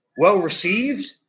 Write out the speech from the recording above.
well-received